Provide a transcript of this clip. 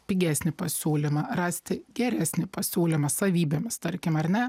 pigesnį pasiūlymą rasti geresnį pasiūlymą savybėmis tarkim ar ne